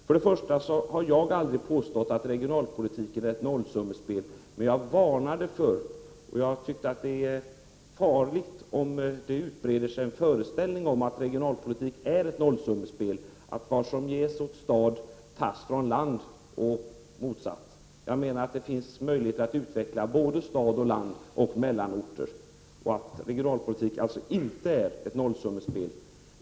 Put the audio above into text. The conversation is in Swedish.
Jag har aldrig påstått att regionalpolitiken är ett nollsummespel, utan jag varnade för att det är farligt om det utbreder sig en föreställning om att regionalpolitik är ett nollsummespel, att vad som ges åt stad tas från land och motsatt. Jag menar att det finns möjligheter att utveckla både stad och land och mellanorter och att regionalpolitik alltså inte är ett nollsummespel.